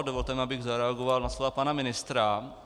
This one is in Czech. Dovolte mi, abych zareagoval na slova pana ministra.